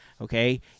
okay